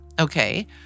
Okay